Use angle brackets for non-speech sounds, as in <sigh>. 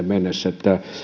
<unintelligible> mennessä